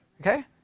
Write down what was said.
okay